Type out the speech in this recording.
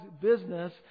business